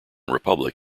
republic